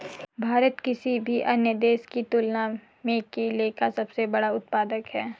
भारत किसी भी अन्य देश की तुलना में केले का सबसे बड़ा उत्पादक है